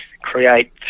create